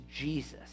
Jesus